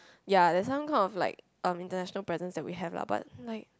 ya there's some kind of like um international presence that we have lah but like